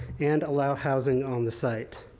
and allow housing on the site.